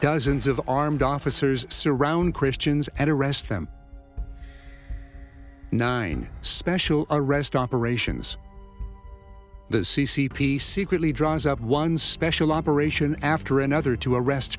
dozens of armed officers surround christians and arrest them nine special arrest operations the c c p secretly draws up one special operation after another to arrest